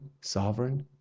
sovereign